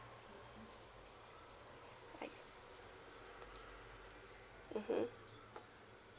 mmhmm